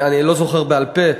אני לא זוכר בעל-פה,